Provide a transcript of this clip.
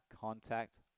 contact